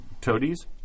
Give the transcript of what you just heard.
toadies